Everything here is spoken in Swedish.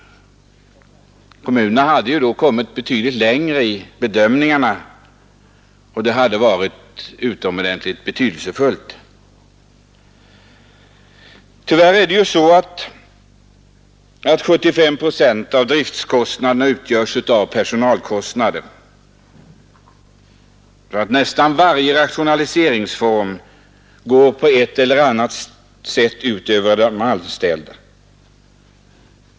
Kommunerna hade då kommit betydligt längre i sina bedömningar och planera, och det skulle varit utomordentligt betydelsefullt. Tyvärr är det ju så att 75 procent av driftkostnaderna utgörs av personalkostnader. Därför går nästan varje form av rationalisering på ett eller annat sätt ut över de anställda.